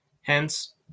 Hence